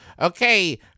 okay